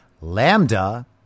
Lambda